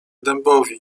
dębowi